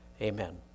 Amen